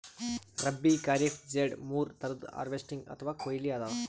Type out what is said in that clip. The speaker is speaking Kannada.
ರಬ್ಬೀ, ಖರೀಫ್, ಝೆಡ್ ಮೂರ್ ಥರದ್ ಹಾರ್ವೆಸ್ಟಿಂಗ್ ಅಥವಾ ಕೊಯ್ಲಿ ಅದಾವ